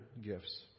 gifts